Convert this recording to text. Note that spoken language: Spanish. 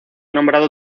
nombrado